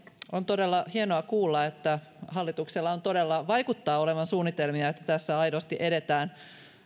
on todella hienoa kuulla että hallituksella todella vaikuttaa olevan suunnitelmia että aidosti edetään